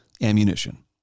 ammunition